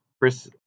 Chris